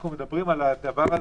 אנחנו מדברים על זה שש,